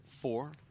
four